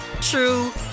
true